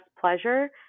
pleasure